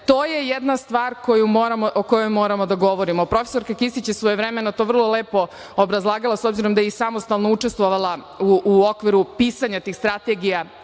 to je jedna stvar o kojoj moramo da govorimo. Profesorka Kisić je svojevremeno to vrlo lepo obrazlagala s obzirom da je samostalno učestvovala u okviru pisanja tih strategija